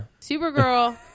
Supergirl